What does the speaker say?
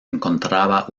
encontraba